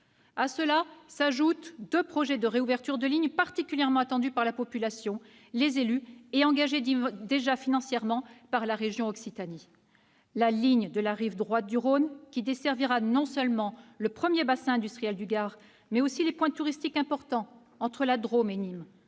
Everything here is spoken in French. À cela s'ajoutent deux projets de réouverture de ligne, particulièrement attendus par la population et les élus et déjà engagés financièrement par la région Occitanie : la ligne de la rive droite du Rhône, qui desservira non seulement le premier bassin industriel du Gard, mais aussi les points touristiques importants entre la Drôme et Nîmes,